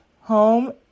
home